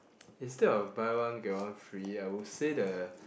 instead of buy one get one free I would say the